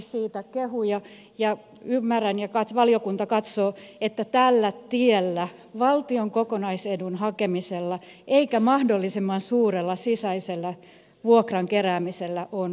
siitä kehuja ja ymmärrän ja valiokunta katsoo että tällä tiellä valtion kokonaisedun hakemisella eikä mahdollisimman suurella sisäisellä vuokran keräämisellä on jatkettava